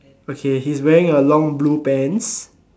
okay he's wearing a long blue pants